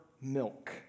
milk